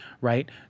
right